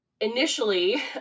initially